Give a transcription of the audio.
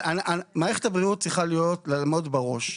מערכת הבריאות צריכה לעמוד בראש.